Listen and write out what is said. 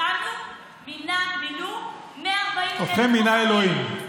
אותנו מינו 140,000 בוחרים,